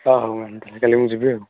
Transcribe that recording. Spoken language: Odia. ହଉ ହଉ ମ୍ୟାମ୍ ତା'ହେଲେ କାଲି ମୁଁ ଯିବି ଆଉ